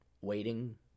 waiting